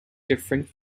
different